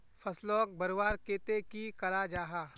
फसलोक बढ़वार केते की करा जाहा?